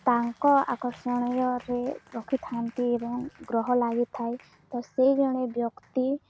ତାଙ୍କ ଆକର୍ଷଣୀୟରେ ରଖିଥାନ୍ତି ଏବଂ ଗ୍ରହ ଲାଗିଥାଏ ତ ସେଇ ଜଣେ ବ୍ୟକ୍ତି